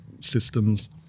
systems